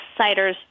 ciders